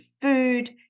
food